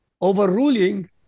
overruling